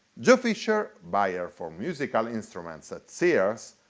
joe fisher, buyer for musical instruments at sears,